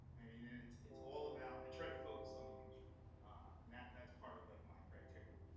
i mean ah it's it's all about i try to focus on the user and that's that's part of, like, my criteria.